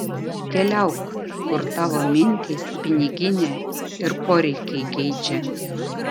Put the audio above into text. keliauk kur tavo mintys piniginė ir poreikiai geidžia